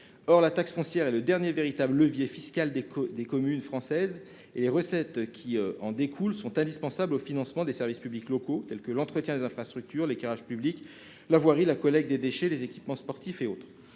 Or la taxe foncière est le dernier véritable levier fiscal dont disposent les communes. Les recettes qui en découlent sont indispensables au financement des services publics locaux- entretien des infrastructures, éclairage public, voirie, collecte des déchets, équipements sportifs, etc.